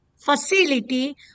facility